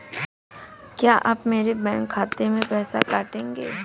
क्या आप मेरे बैंक खाते से पैसे काटेंगे?